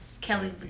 Kelly